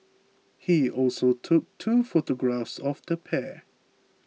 he also took two photographs of the pair